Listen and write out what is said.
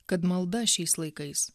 kad malda šiais laikais